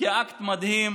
כאקט מדהים